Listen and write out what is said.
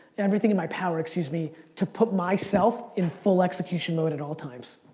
everything in my power, excuse me, to put myself in full execution mode at all times.